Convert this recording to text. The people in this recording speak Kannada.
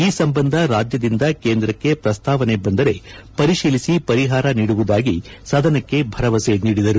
ಈ ಸಂಬಂಧ ರಾಜ್ಯದಿಂದ ಕೇಂದ್ರಕ್ಕೆ ಪ್ರಸ್ತಾವನೆ ಬಂದರೆ ಪರಿಶೀಲಿಸಿ ಪರಿಹಾರ ನೀಡುವುದಾಗಿ ಸದನಕ್ಕೆ ಭರವಸೆ ನೀಡಿದರು